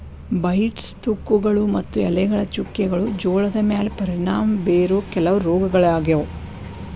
blights, ತುಕ್ಕುಗಳು ಮತ್ತು ಎಲೆಗಳ ಚುಕ್ಕೆಗಳು ಜೋಳದ ಮ್ಯಾಲೆ ಪರಿಣಾಮ ಬೇರೋ ಕೆಲವ ರೋಗಗಳಾಗ್ಯಾವ